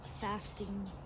fasting